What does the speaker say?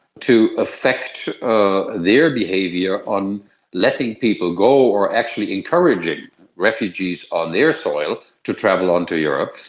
to affect ah their behaviour on letting people go or actually encouraging refugees on their soil to travel on to europe.